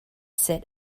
sit